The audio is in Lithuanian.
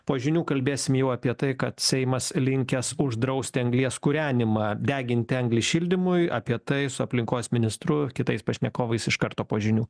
po žinių kalbėsim jau apie tai kad seimas linkęs uždrausti anglies kūrenimą deginti anglį šildymui apie tai su aplinkos ministru kitais pašnekovais iš karto po žinių